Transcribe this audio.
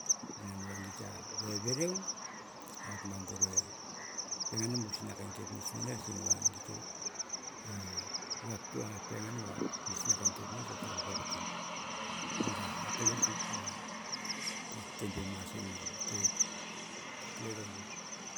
Malan ve oit ta vere yo ot bapengan bu su kain kapnitch ot ba penchan bu su kain kapnitchof be vokote ot be mas in noan a keut ro reui.